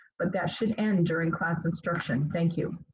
but that should end during class instruction, thank you.